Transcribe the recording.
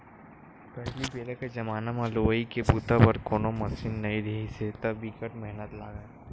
पहिली बेरा के जमाना म लुवई के बूता बर कोनो मसीन नइ रिहिस हे त बिकट मेहनत लागय